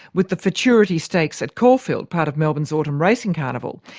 with the futurity stakes at caulfield, part of melbourne's autumn racing carnival.